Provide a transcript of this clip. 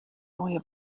neue